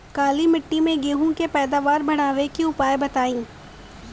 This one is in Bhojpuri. काली मिट्टी में गेहूँ के पैदावार बढ़ावे के उपाय बताई?